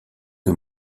que